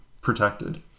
protected